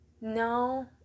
no